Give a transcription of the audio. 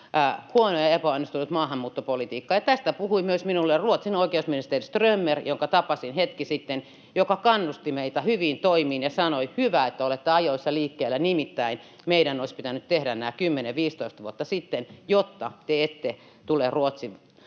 huono ja epäonnistunut maahanmuuttopolitiikka. Ja tästä puhui minulle myös Ruotsin oikeusministeri Strömmer, jonka tapasin hetki sitten ja joka kannusti meitä hyviin toimiin ja sanoi, että hyvä, olette ajoissa liikkeellä — nimittäin meidän olisi pitänyt tehdä nämä 10—15 vuotta sitten [Laura Huhtasaari: